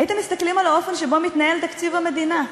הייתם מסתכלים על האופן שבו מתנהל תקציב המדינה,